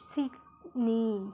Sydney